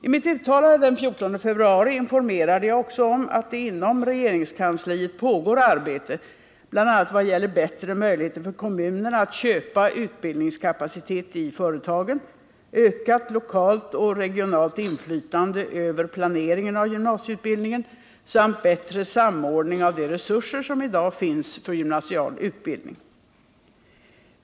I mitt uttalande den 14 februari informerade jag också om att det inom regeringskansliet pågår arbete bl.a. i vad gäller bättre möjligheter för kommunerna att köpa utbildningskapacitet i företagen, ökat lokalt och regionalt inflytande över planeringen av gymnasieutbildningen samt bättre samordning av de resurser som i dag finns för gymnasial utbildning.